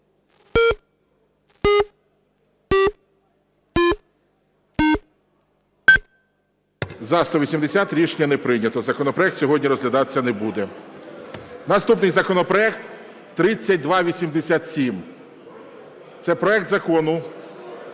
За-180 Рішення не прийнято. Законопроект сьогодні розглядатися не буде. Наступний законопроект 3287. Це проект закону…